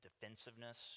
defensiveness